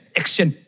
action